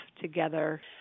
together